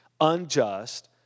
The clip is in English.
unjust